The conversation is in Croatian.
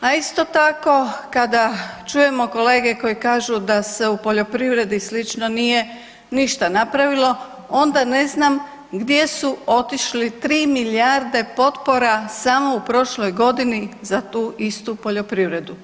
A isto tako kada čujemo kolege koji kažu da se u poljoprivredi slično nije ništa napravilo, onda ne znam gdje su otišli 3 milijarde potpora samo u prošloj godini za tu istu poljoprivredu?